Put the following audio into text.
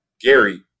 Gary